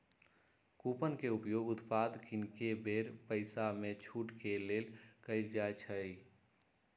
coupon के उपयोग उत्पाद किनेके बेर पइसामे छूट के लेल कएल जाइ छइ